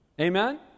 amen